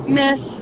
miss